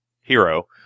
hero